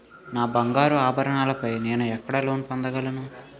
నా బంగారు ఆభరణాలపై నేను ఎక్కడ లోన్ పొందగలను?